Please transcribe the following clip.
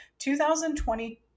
2020